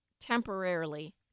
temporarily